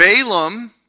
Balaam